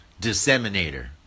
disseminator